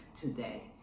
today